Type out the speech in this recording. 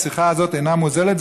השיחה הזאת אינה מוזלת,